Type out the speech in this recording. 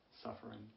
suffering